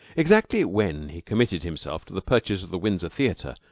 exactly when he committed himself to the purchase of the windsor theater,